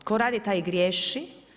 Tko radi taj i griješi.